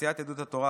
מסיעת יהדות התורה,